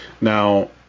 Now